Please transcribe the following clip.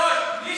אדוני היושב-ראש,